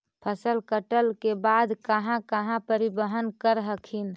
फसल कटल के बाद कहा कहा परिबहन कर हखिन?